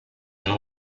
and